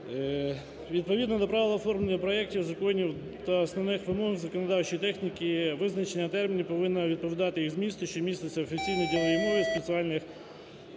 Відповідно до правил оформлення проектів законів та основних вимог законодавчої техніки визначення термінів повинно відповідати їх змісту, що міститься в офіційній діловій мові, спеціальних